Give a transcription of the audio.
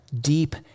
deep